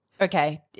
Okay